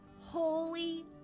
Holy